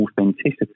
authenticity